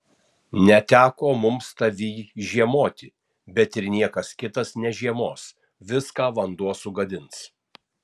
neteko mums tavyj žiemoti bet ir niekas kitas nežiemos viską vanduo sugadins